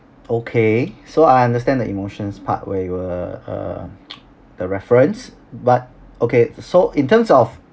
okay so I understand the emotions part where you were uh the reference but okay so in terms of